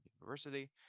university